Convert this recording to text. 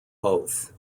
both